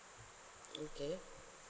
okay